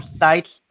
sites